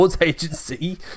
agency